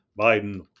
Biden